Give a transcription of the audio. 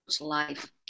life